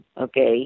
okay